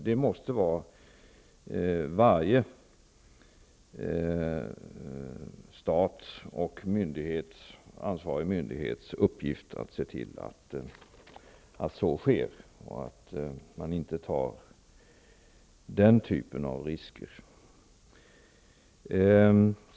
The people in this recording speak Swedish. Det måste vara varje stats och ansvarig myndighets uppgift att se till att så sker och att man inte tar den typen av risker.